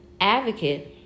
advocate